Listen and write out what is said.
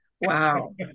Wow